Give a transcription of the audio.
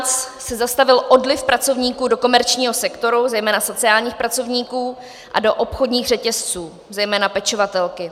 V roce 2017 se zastavil odliv pracovníků do komerčního sektoru, zejména sociálních pracovníků, a do obchodních řetězců, zejména pečovatelky.